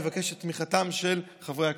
אני מבקש את תמיכתם של חברי הכנסת.